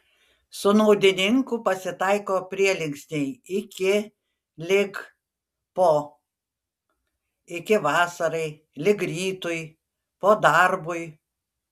su naudininku pasitaiko prielinksniai iki lig po iki vasarai lig rytui po darbui